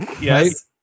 Yes